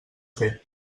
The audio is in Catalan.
fer